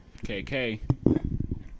KK